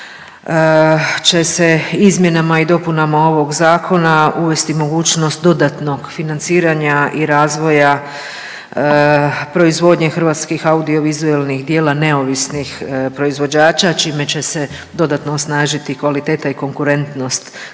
će se izmjenama i dopunama ovog zakona uvesti mogućnost dodatnog financiranja i razvoja proizvodnje hrvatskih audio vizualnih djela neovisnih proizvođača čime će se dodatno osnažiti kvaliteta i konkurentnost hrvatskog